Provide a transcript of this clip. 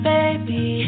Baby